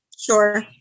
sure